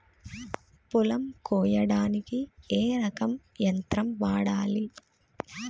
పొలం కొయ్యడానికి ఏ రకం యంత్రం వాడాలి?